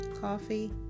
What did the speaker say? coffee